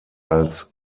als